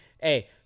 hey